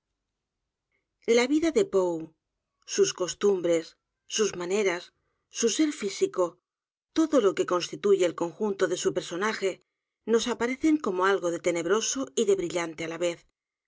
iiila vida de p o e sus costumbres sus maneras su ser físico todo lo que constituye el conjunto de su p e r s o naje nos aparecen como algo de tenebroso y de brillante á la vez